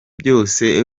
byose